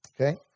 okay